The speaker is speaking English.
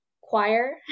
choir